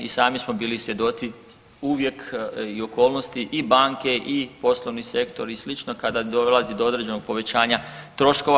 I sami smo bili svjedoci uvijek i okolnosti i banke i poslovni sektor i slično kada dolazi do određenog povećanja troškova.